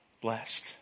Blessed